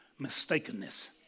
mistakenness